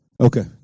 Okay